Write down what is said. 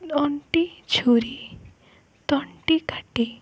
ଅଣ୍ଟି ଛୁରୀ ତଣ୍ଟି କାଟେ